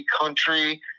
country